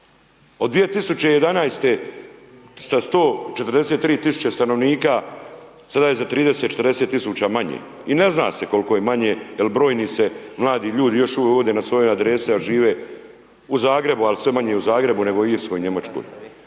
od 2011. sa 143.000 stanovnika, sada je za 30.000, 40.000 manje, i ne zna se kol'ko je manje jer brojni se mladi ljudi još uvijek vode na svoje adrese, a žive u Zagrebu, al' sve manje i u Zagrebu, nego u Irskoj, Njemačkoj.